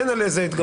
אין על זה התגברות.